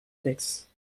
texte